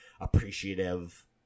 appreciative